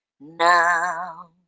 now